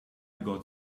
got